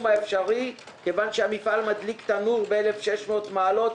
האפשרי כיוון שהמפעל מדליק תנור ב-1,600 מעלות,